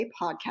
podcast